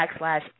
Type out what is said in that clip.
backslash